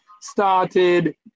started